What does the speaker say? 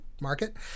market